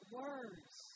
words